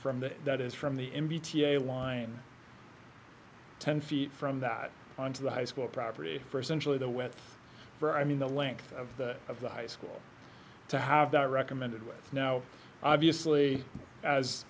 that that is from the m b t a line ten feet from that on to the high school property for centrally the with for i mean the length of the of the high school to have that recommended way now obviously as